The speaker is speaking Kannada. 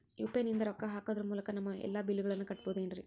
ಯು.ಪಿ.ಐ ನಿಂದ ರೊಕ್ಕ ಹಾಕೋದರ ಮೂಲಕ ನಮ್ಮ ಎಲ್ಲ ಬಿಲ್ಲುಗಳನ್ನ ಕಟ್ಟಬಹುದೇನ್ರಿ?